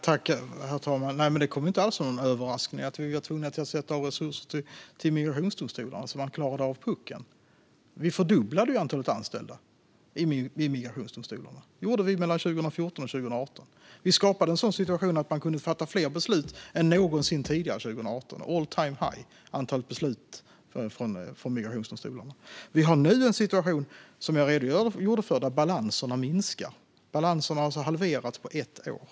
Herr talman! Det kom inte alls som en överraskning att vi var tvungna att sätta av resurser till migrationsdomstolarna så att de klarade av puckeln. Vi fördubblade antalet anställda vid migrationsdomstolarna 2014-2018. Vi skapade en situation att de kunde fatta fler beslut än någonsin tidigare under 2018 - all-time high. Nu råder en situation, som jag har redogjort för, där balanserna minskar. Balanserna har halverats på ett år.